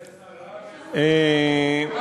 יש שרה, לנדבר.